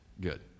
good